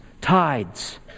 tides